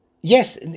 Yes